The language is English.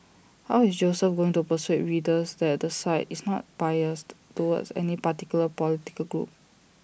how is Joseph going to persuade readers that the site is not biased towards any particular political group